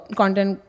content